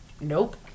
Nope